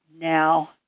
now